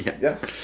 Yes